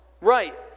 Right